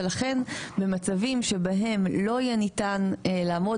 ולכן במצבים שבהם לא יהיה ניתן לעמוד